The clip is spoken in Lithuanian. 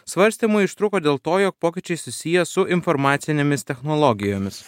svarstymai užtruko dėl to jog pokyčiai susiję su informacinėmis technologijomis